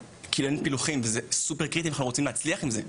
אין פילוחים וזה סופר קריטי אם אנחנו רוצים להצליח עם זה.